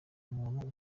umutwe